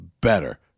better